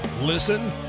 Listen